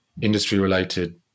industry-related